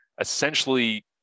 essentially